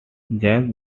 james